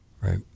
right